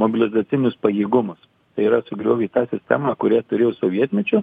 mobilizacinius pajėgumus tai yra sugriovė tą sistemą kurią turėjo sovietmečiu